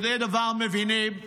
יודעי דבר מבינים,